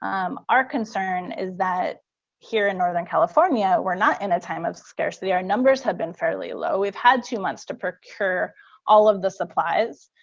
um our concern is that here in northern california, we're not in a time of scarcity. our numbers have been fairly low. we've had two months to procure all of the supplies.